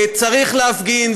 צריך להפגין,